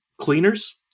cleaners